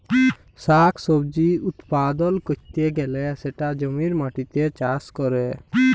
শাক সবজি উৎপাদল ক্যরতে গ্যালে সেটা জমির মাটিতে চাষ ক্যরে